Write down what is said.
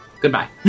Goodbye